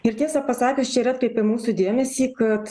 ir tiesą pasakius čia ir atkreipė mūsų dėmesį kad